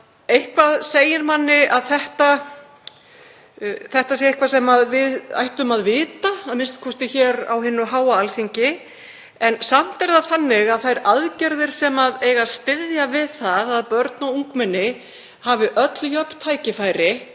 Eitthvað segir manni að þetta sé eitthvað sem við ættum að vita, a.m.k. hér á hinu háa Alþingi, en samt er það þannig að þær aðgerðir sem eiga að styðja við það að börn og ungmenni hafi öll jöfn tækifæri